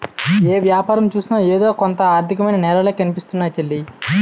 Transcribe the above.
ఏ యాపారం సూసినా ఎదో కొంత ఆర్దికమైన నేరాలే కనిపిస్తున్నాయ్ సెల్లీ